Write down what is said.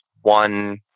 one